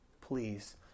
Please